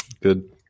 Good